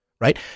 Right